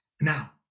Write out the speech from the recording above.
Now